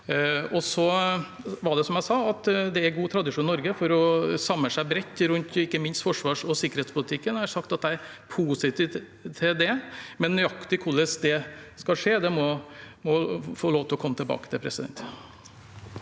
er det god tradisjon i Norge for å samle seg bredt rundt ikke minst forsvars- og sikkerhetspolitikken. Jeg har sagt at jeg er positiv til det, men nøyaktig hvordan det skal skje, må jeg få lov til å komme tilbake til. Christian